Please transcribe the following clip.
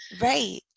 Right